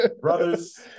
brothers